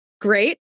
great